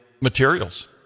materials